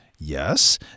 Yes